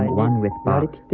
one with bach.